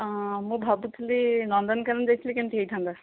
ମୁଁ ଭାବୁଥିଲି ନନ୍ଦନକାନନ ଯାଇଥିଲେ କେମିତି ହେଇଥାନ୍ତା